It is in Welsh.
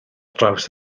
draws